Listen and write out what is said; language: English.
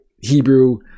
Hebrew